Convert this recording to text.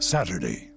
Saturday